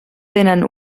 tenen